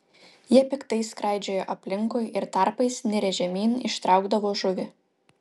jie piktai skraidžiojo aplinkui ir tarpais nirę žemyn ištraukdavo žuvį